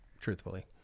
truthfully